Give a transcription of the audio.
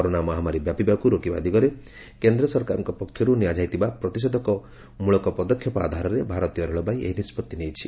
corona ମହାମାରୀ ବ୍ୟାପିବାକୁ ରୋକିବା ଦିଗରେ କେନ୍ଦ୍ର ସରକାରଙ୍କ ପକ୍ଷରୁ ନିଆଯାଇଥିବା ପ୍ରତିଷେଧକ ମୂଳକ ପଦକ୍ଷେପ ଆଧାରରେ ଭାରତୀୟ ରେଳବାଇ ଏହି ନିଷ୍ପଭି ନେଇଛି